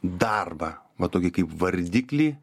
darbą va tokį kaip vardiklį